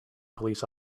police